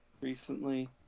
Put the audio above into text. recently